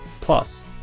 Plus